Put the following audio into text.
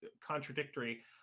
contradictory